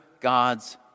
God's